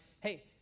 hey